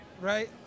right